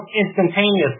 instantaneously